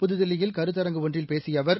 புதுதில்லியில் கருத்தரங்கு ஒன்றில் பேசியஅவர்